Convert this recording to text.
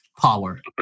power